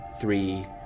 three